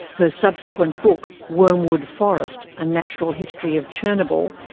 her subsequent book, wormwood forest a natural history of chernobyl,